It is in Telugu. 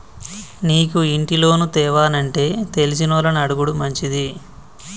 నీకు ఇంటి లోను తేవానంటే తెలిసినోళ్లని అడుగుడు మంచిది